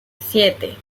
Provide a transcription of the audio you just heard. siete